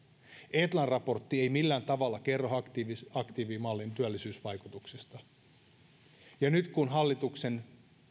etlan raportti ei millään tavalla kerro aktiivimallin työllisyysvaikutuksista ja nyt kun hallituksen